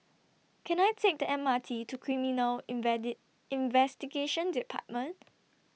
Can I Take The M R T to Criminal invade Investigation department